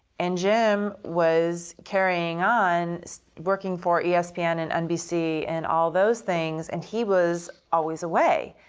and jim was carrying on working for espn and nbc and all those things, and he was always away.